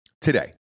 today